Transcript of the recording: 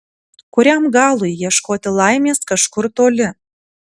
kuriam galui ieškoti laimės kažkur toli